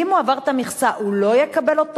אם הוא עבר את המכסה הוא לא יקבל אותו